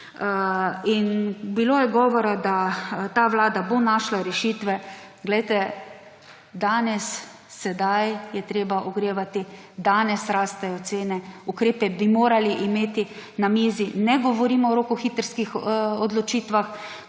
Bilo je govora, da ta vlada bo našla rešitve. Poglejte, danes, sedaj je treba ogrevati, danes rastejo cene, ukrepe bi morali imeti na mizi. Ne govorimo o rokohitrskih odločitvah,